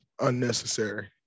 Unnecessary